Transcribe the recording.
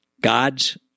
God's